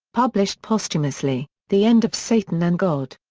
published posthumously, the end of satan and god.